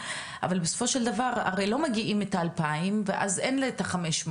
אבל בסופו של דבר הרי לא מגיעים את ה-2,000 ואז אין את ה-500,